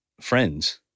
friends